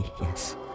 yes